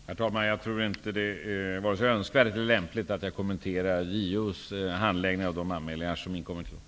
Herr talman! Jag tror inte att det är vare sig önskvärt eller lämpligt att jag kommenterar JO:s handläggning av de anmälningar som inkommer till honom.